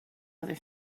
other